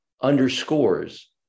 underscores